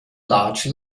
large